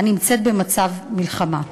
הנמצאת במצב מלחמה.